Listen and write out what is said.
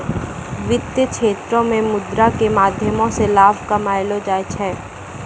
वित्तीय क्षेत्रो मे मुद्रा के माध्यमो से लाभ कमैलो जाय छै